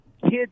kids